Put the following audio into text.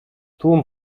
tłum